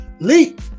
Leap